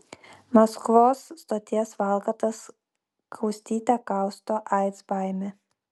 maskvos stoties valkatas kaustyte kausto aids baimė